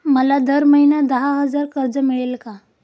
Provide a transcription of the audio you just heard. मला दर महिना दहा हजार कर्ज मिळेल का?